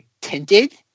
tinted